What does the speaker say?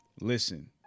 listen